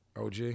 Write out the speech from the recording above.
OG